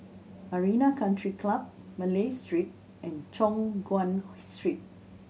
Arena Country Club Malay Street and Choon Guan Street